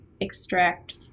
extract